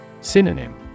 Synonym